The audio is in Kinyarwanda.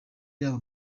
yaba